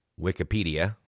Wikipedia